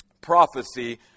prophecy